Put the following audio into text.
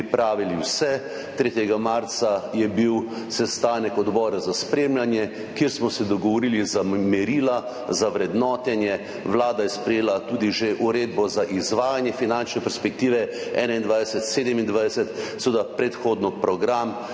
3. marca je bil sestanek odbora za spremljanje, kjer smo se dogovorili za merila za vrednotenje. Vlada je sprejela tudi že uredbo za izvajanje finančne perspektive 2021–2027, seveda predhodno program